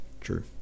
True